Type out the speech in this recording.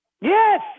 yes